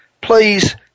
please